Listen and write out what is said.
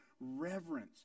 reverence